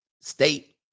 State